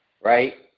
right